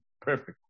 perfect